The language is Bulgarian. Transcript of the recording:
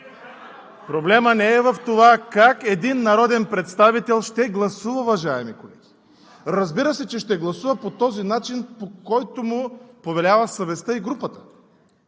Проблемът не е в това как един народен представител ще гласува, уважаеми колеги! Разбира се, че ще гласува по този начин, по който му повелява съвестта и групата.